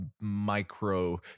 micro